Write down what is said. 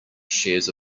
shares